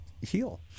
heal